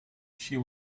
she